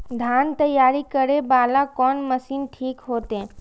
धान तैयारी करे वाला कोन मशीन ठीक होते?